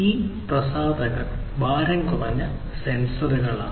ഈ പ്രസാധകർ ഭാരം കുറഞ്ഞ സെൻസറുകളാണ്